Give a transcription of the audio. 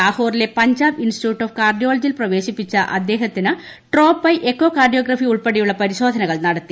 ലാഹോറിലെ Punjab institute of കാർഡിയോളജിയിൽ പ്രവേശിപ്പിച്ച അദ്ദേഹത്തിന് ട്രോപ്പ് ഐ എക്കോകാർഡിയോഗ്രഫി ഉൾപ്പെടെയുള്ള പരിശോധനകൾ നടത്തി